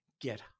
get